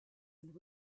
and